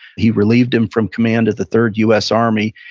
he relieved him from command of the third u s. army,